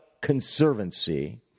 Conservancy